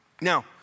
Now